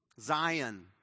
Zion